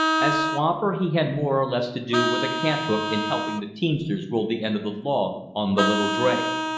as swamper he had more or less to do with a cant-hook in helping the teamsters roll the end of the log on the little dray.